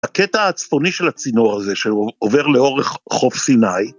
הקטע הצפוני של הצינור הזה, שהוא עובר לאורך חוף סיני.